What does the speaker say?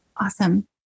Awesome